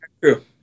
true